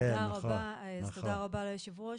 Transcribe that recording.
תודה רבה ליושב-ראש,